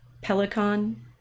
Pelican